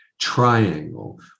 triangle